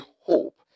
hope